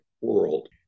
world